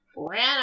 Ran